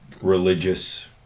religious